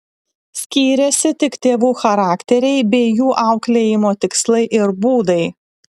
skyrėsi tik tėvų charakteriai bei jų auklėjimo tikslai ir būdai